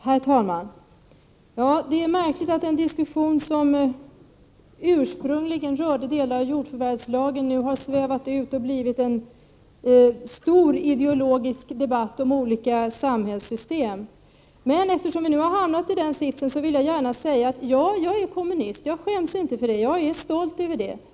Herr talman! Det är märkligt att en diskussion som ursprungligen rörde delar av jordförvärvslagen nu har svävat ut och blivit en stor ideologisk debatt om olika samhällssystem. Men eftersom vi har hamnat i den sitsen vill jag gärna säga att jag är kommunist, och jag skäms inte för detta, utan jag är stolt över det.